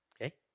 Okay